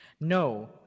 no